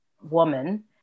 woman